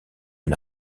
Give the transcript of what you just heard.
une